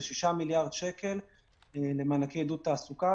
זה 6 מיליארד שקל למענקי עידוד תעסוקה.